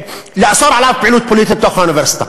לאסור עליו פעילות פוליטית בתוך האוניברסיטה.